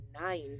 nine